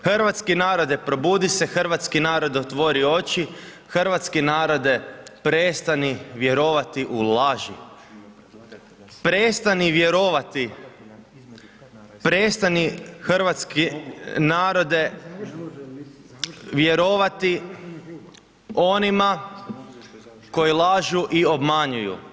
Hrvatski narode probudi se, hrvatski narode otvori oči, hrvatski narode prestani vjerovati u laži, prestani vjerovati, prestani hrvatski narode vjerovati onima koji lažu u obmanjuju.